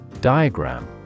Diagram